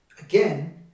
Again